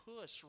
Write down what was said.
push